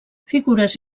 figures